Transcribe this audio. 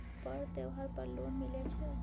पर्व त्योहार पर लोन मिले छै?